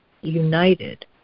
united